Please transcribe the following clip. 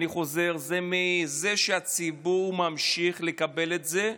אני חוזר, מזה שהציבור ממשיך לקבל את זה.